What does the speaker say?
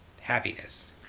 happiness